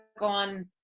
on